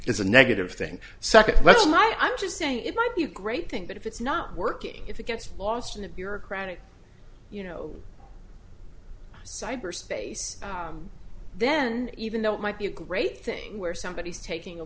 is a negative thing second letter my i'm just saying it might be a great thing but if it's not working if it gets lost in a bureaucratic you know cyber space then even though it might be a great thing where somebody is taking a